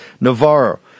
Navarro